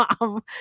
mom